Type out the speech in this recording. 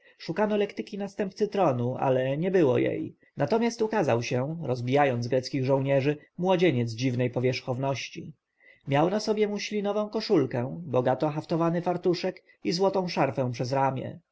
szukano lektyki następcy tronu ale nie było jej natomiast ukazał się rozbijając greckich żołnierzy młodzieniec dziwnej powierzchowności miał na sobie muślinową koszulkę bogato haftowany fartuszek i złotą szarfę przez ramię